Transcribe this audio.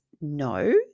no